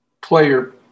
player